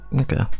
okay